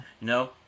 No